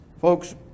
Folks